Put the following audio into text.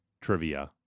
trivia